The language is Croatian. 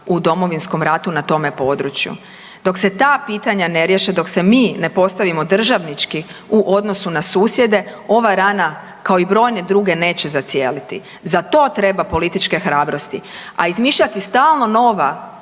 u Domovinskom ratu na tome području. Dok se ta pitanja ne riješe, dok se mi ne postavimo državnički u odnosu na susjede ova rana kao i brojne druge neće zacijeliti. Za to treba političke hrabrosti, a izmišljati stalno nova